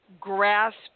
grasp